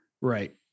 right